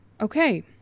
okay